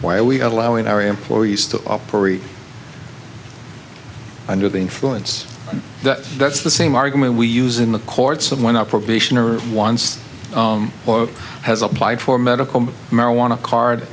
why are we allowing our employees to operate under the influence that that's the same argument we use in the courts of when our probation or once has applied for medical marijuana card